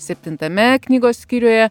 septintame knygos skyriuje